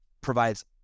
provides